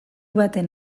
baten